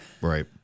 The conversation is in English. Right